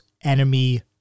enemy